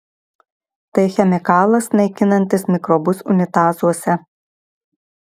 tai chemikalas naikinantis mikrobus unitazuose